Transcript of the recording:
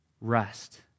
Rest